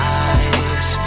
eyes